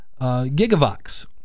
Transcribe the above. Gigavox